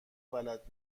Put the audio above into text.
بلد